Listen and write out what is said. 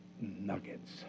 nuggets